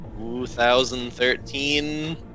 2013